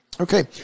Okay